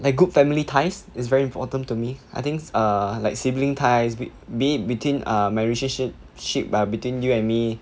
like good family ties is very important to me I think err like sibling ties be be it between err my relationship ship err between you and me